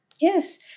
Yes